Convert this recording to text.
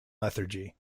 lethargy